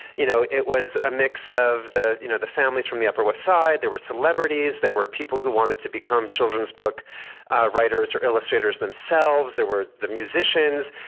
you know, it was a mix of the, you know, the family from the upper west side. there were celebrities. there were people who wanted to become children's book writers or illustrators themselves. there were the musicians.